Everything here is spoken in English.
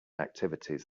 activities